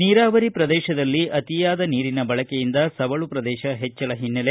ನೀರಾವರಿ ಪ್ರದೇಶದಲ್ಲಿ ಅತಿಯಾದ ನೀರಿನ ಬಳಕೆಯಿಂದ ಸವಳು ಪ್ರದೇಶ ಹೆಚ್ಚಳ ಹಿನ್ನೆಲೆ